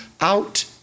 out